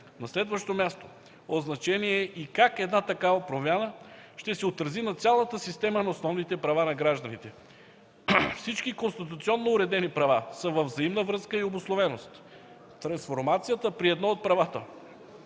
На следващо място, от значение е и как една такава промяна ще се отрази на цялата система на основните права на гражданите. Всички конституционно уредени права са във взаимна връзка и обусловеност. Трансформацията при едно от правата